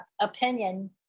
opinion